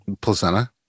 Placenta